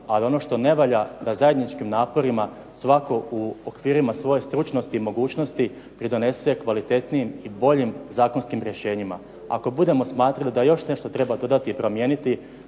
a da ono što ne valja da zajedničkim naporima svatko u okvirima svoje stručnosti i mogućnosti pridonese kvalitetnijim i boljim zakonskim rješenjima. Ako budemo smatrali da još nešto treba dodati i promijeniti,